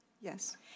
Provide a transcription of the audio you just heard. Yes